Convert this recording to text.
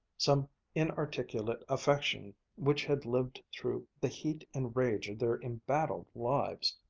some inarticulate affection which had lived through the heat and rage of their embattled lives.